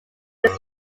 his